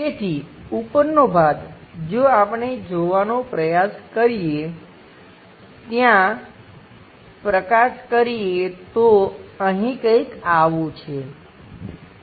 તેથી ઉપરનો ભાગ જો આપણે જોવાનો પ્રયાસ કરીએ ત્યાં પ્રકાશ કરીએ તો અહીં કંઈક આવું છે